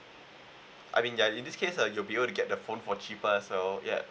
I mean ya in this case uh you will be able to get a phone for cheaper as well ya